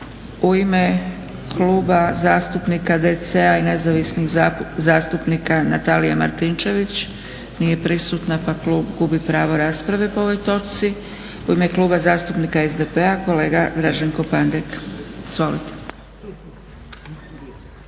U ime Kluba zastupnika DC-a i nezavisnih zastupnika Natalija Martinčević. Nije prisutna, pa klub gubi pravo rasprave po ovoj točci. U ime Kluba zastupnika SDP-a kolega Draženko Pandek. Izvolite.